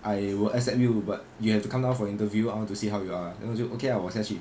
I will accept you but you have to come down for interview I want to see how you are then 我就 okay lah 我下去